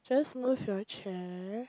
just move your chair